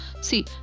see